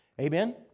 Amen